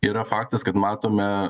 yra faktas kad matome